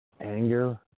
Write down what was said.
anger